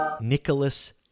Nicholas